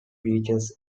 beaches